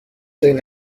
دارین